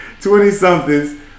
Twenty-somethings